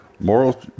Moral